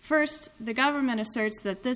first the government asserts that th